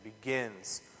begins